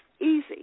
easy